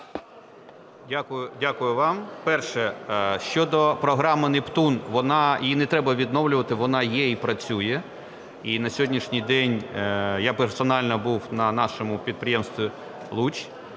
Дякую вам. Перше. Щодо програми "Нептун", її не треба відновлювати, вона є і працює. І на сьогоднішній день я персонально був на нашому підприємстві "Луч",